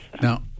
Now